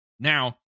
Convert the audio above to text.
Now